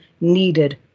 needed